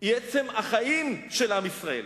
היא עצם החיים של עם ישראל.